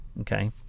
okay